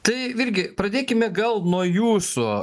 tai virgi pradėkime gal nuo jūsų